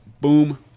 boom